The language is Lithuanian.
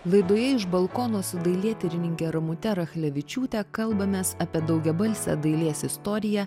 laidoje iš balkono su dailėtyrininke ramute rachlevičiūte kalbamės apie daugiabalsę dailės istoriją